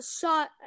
shot